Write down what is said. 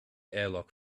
airlock